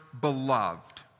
beloved